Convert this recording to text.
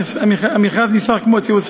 המכרז נשאר כמו שהוא,